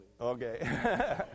okay